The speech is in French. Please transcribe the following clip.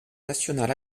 national